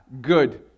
good